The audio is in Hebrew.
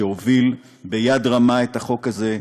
שהוביל ביד רמה את הצעת החוק הזאת,